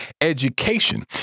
education